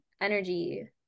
energy